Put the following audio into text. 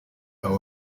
aba